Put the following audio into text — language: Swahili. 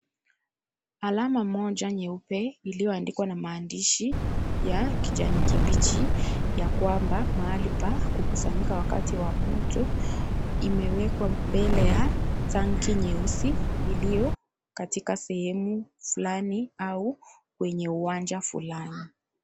Alama moja nyeupe iliyoandikwa naaandishi ya kijani kibichi, yakwambwa mahali pa kukusanyika wakati wa moto imewekwa mbele ya tanki nyeusi iliyo katika sehemu fulani au kwenye uwanja fulani.